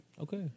Okay